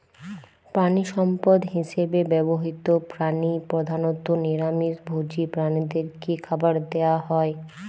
প্রাণিসম্পদ হিসেবে ব্যবহৃত প্রাণী প্রধানত নিরামিষ ভোজী প্রাণীদের কী খাবার দেয়া হয়?